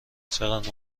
چقدر